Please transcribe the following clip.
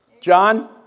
John